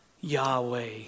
Yahweh